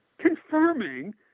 confirming